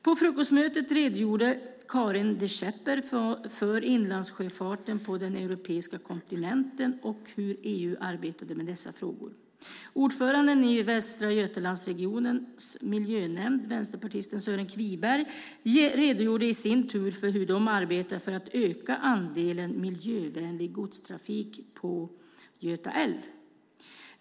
På frukostmötet redogjorde Karin De Schepper för inlandssjöfarten på den europeiska kontinenten och hur EU arbetar med dessa frågor. Ordföranden i Västra Götalandsregionens miljönämnd, vänsterpartisten Sören Kviberg, redogjorde i sin tur för hur de arbetar för att öka andelen miljövänlig godstrafik på Göta älv.